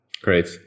Great